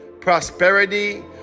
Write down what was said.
prosperity